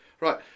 Right